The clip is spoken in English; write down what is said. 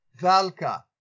Valka